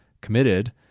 committed